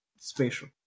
special